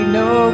no